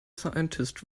scientists